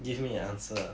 give me an answer ah